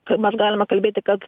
ką mes galime kalbėti kad